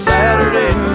Saturday